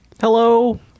Hello